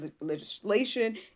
legislation